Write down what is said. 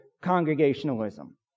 congregationalism